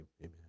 amen